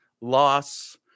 loss